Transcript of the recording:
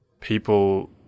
people